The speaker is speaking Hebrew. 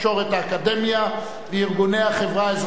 האקדמיה וארגוני החברה האזרחית,